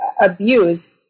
abuse